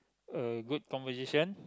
a good conversation